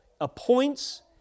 appoints